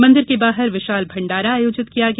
मंदिर के बाहर विशाल भंडारा आयोजित किया गया